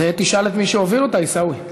את זה תשאל את מי שהוביל אותה, עיסאווי.